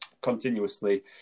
continuously